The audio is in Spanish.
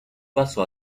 paso